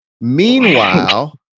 Meanwhile